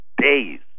days